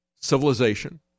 civilization